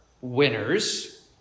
winners